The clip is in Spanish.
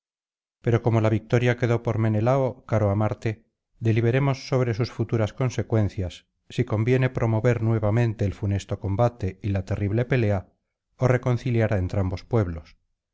pero como la victoria quedó por menelao caro á marte deliberemos sobre sus futuras consecuencias si conviene promover nuevamente el funesto combate y la terrible pelea ó reconciliar á entrambos pueblos